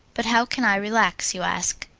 but how can i relax? you ask.